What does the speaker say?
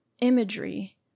imagery